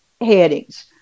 headings